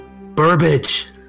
Burbage